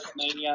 WrestleMania